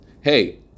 Hey